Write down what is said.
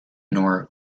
nor